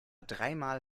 dreimal